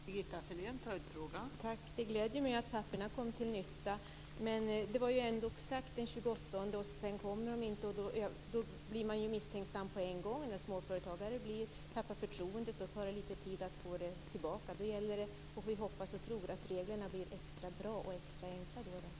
Fru talman! Det gläder mig att papperen kom till nytta. Det var ändock sagt att propositionen skulle komma den 28:e. När den sedan inte kom blev man ju misstänksam på en gång. När småföretagare tappar förtroendet tar det lite tid att få det tillbaka. Då gäller det, vilket vi hoppas och tror, att reglerna blir extra bra och extra enkla.